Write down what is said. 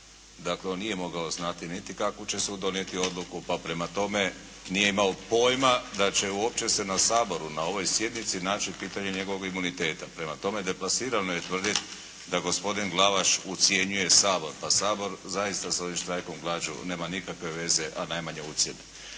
Dakle on nije mogao znati niti kakvu će sud donijeti odluku pa prema tome nije imao pojma da će uopće se na Saboru na ovoj sjednici naći pitanje njegovog imuniteta. Prema tome deplasirano je tvrditi da gospodin Glavaš ucjenjuje Sabor, pa Sabor zaista sa ovim štrajkom glađu nema nikakve veze, a najmanje ucjene.